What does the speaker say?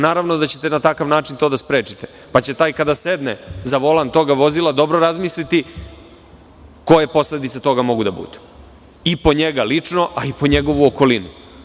Naravno da ćete na takav način to da sprečite, pa će taj kada sedne za volan tog vozila dobro razmisliti koje posledice toga mogu da budu, i po njega lično i po njegovu okolinu.